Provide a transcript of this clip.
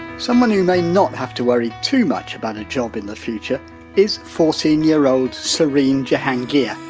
someone who may not have to worry too much about a job in the future is fourteen year old sirine jahangir.